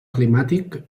climàtic